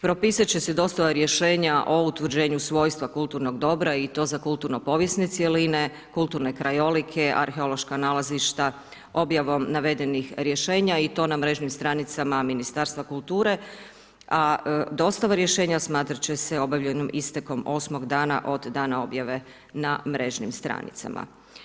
Propisat će se dostava rješenja o utvrđenju svojstva kulturnog dobra i to za kulturno povijesne cjeline, kulturne krajolike, arheološka nalazišta, objavom navedenom rješenja i to na mrežnim stranicama Ministarstva kulture, a dostava rješenja smatrat će se obavljenim istekom osmog dana od dana objave na mrežnim stranicama.